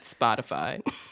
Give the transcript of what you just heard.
Spotify